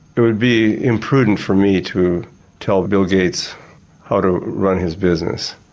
it would be imprudent for me to tell bill gates how to run his business.